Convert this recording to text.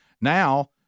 now